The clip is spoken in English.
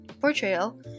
portrayal